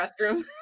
restroom